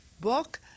book